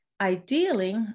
Ideally